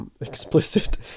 explicit